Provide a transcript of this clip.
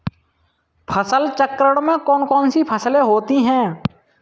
फसल चक्रण में कौन कौन सी फसलें होती हैं?